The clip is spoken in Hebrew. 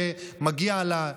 שמגיע לה,